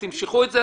אז תמשכו את זה,